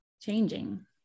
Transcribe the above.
changing